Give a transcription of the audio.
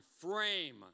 frame